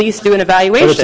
least do an evaluation